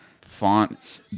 font